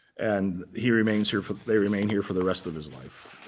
and he remains here for they remain here for the rest of his life.